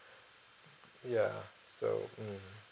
ya so mm